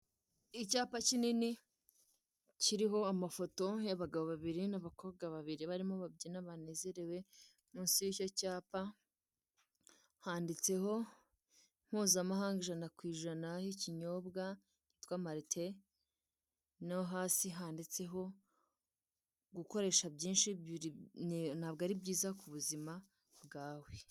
Icyapa kinini kiriho amafoto abiri y'bagabo babiri n'abakobwa barimo babyina banezerewe mu nsi y'icyo cyapa handitse mpuzamahanga ijana ku ijana y'ikinyobwa kitwa marite naho hasi handitseho gukoresha byinshi ntabwo ari byiza ku buzima bwawe.